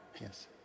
yes